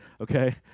Okay